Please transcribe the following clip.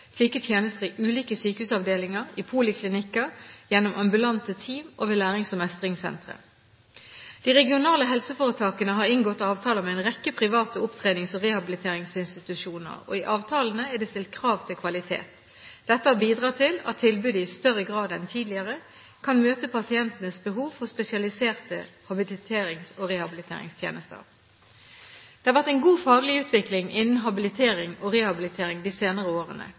ulike sykehusavdelinger, i poliklinikker, gjennom ambulante team og ved lærings- og mestringssentre. De regionale helseforetakene har inngått avtaler med en rekke private opptrenings- og rehabiliteringsinstitusjoner, og i avtalene er det stilt krav til kvalitet. Dette har bidratt til at tilbudet i større grad enn tidligere kan møte pasientenes behov for spesialiserte habiliterings- og rehabiliteringstjenester. Det har vært en god faglig utvikling innen habilitering og rehabilitering de senere årene.